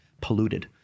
polluted